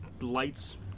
lights